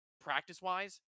practice-wise